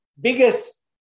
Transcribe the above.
Biggest